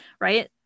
right